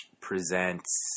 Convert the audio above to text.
presents